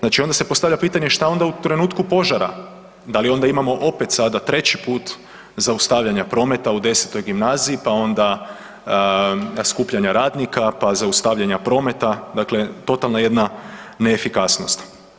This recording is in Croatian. Znači onda se postavlja pitanje šta onda u trenutku požara, da li onda imamo opet sada treći put zaustavljanja prometa u X. Gimnaziji, pa onda skupljanja radnika, pa zaustavljanja prometa, dakle totalna jedna neefikasnost.